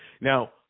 now